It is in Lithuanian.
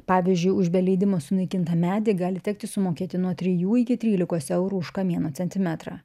pavyzdžiui už be leidimo sunaikintą medį gali tekti sumokėti nuo trijų iki trylikos eurų už kamieno centimetrą